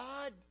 God